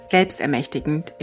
Selbstermächtigend